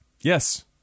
Yes